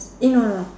eh no no